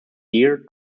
deer